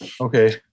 Okay